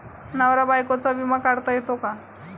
नवरा बायकोचा विमा काढता येतो का?